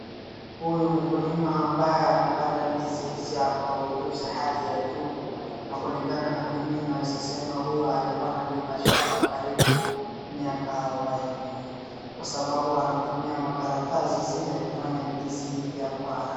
Huyu mkulima ambaye amepanda ndizi hizi akona ujuzi hali ya juu. Na kulingana na mimi naweza sema huyu alikuwa analima shamba karibu miaka arobaini kwa sababu anatumia makaratasi zile kufanya ndizi iive kwa haraka.